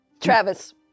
Travis